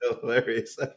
hilarious